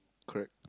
correct